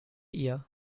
year